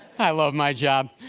i love my job.